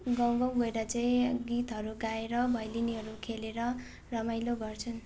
गाउँ गाउँ गएर चाहिँ गीतहरू गाएर भैलेनीहरू खेलेर रमाइलो गर्छन्